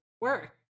work